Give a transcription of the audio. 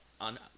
on